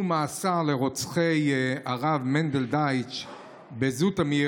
מאסר לרוצחי הרב מענדל דייטש בז'יטומיר,